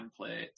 template